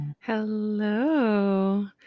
Hello